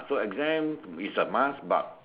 so exam is a must but